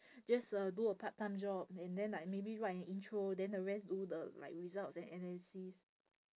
just uh do a part time job and then like maybe write an intro then the rest do the like results and analysis